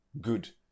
good